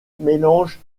mélange